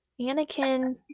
Anakin